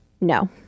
no